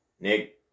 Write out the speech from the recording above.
Nick